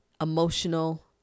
emotional